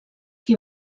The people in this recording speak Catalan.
qui